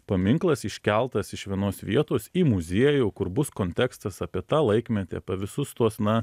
paminklas iškeltas iš vienos vietos į muziejų kur bus kontekstas apie tą laikmetį visus tuos na